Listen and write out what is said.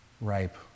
ripe